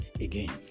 again